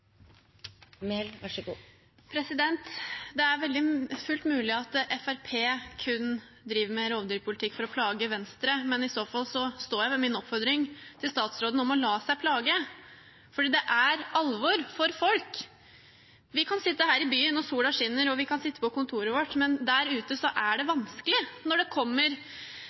fullt mulig at Fremskrittspartiet kun driver med rovdyrpolitikk for å plage Venstre, men i så fall står jeg ved min oppfordring til statsråden om å la seg plage, for det er alvor for folk. Vi kan sitte her i byen og sola skinner, og vi kan sitte på kontoret vårt, men der ute er det vanskelig når det kommer